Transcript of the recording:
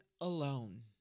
alone